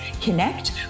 connect